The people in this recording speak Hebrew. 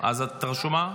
את רשומה?